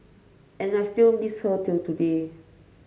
and I still miss her till today